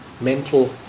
mental